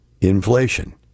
inflation